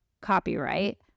copyright